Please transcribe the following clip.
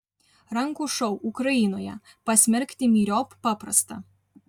rankų šou ukrainoje pasmerkti myriop paprasta